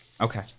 Okay